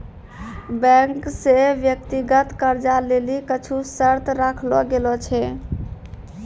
bank से व्यक्तिगत कर्जा लेली कुछु शर्त राखलो गेलो छै